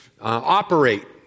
operate